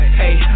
hey